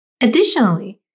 Additionally